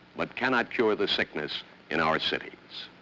but cannot cure the sickness in our cities?